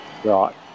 Right